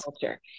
culture